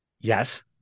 Yes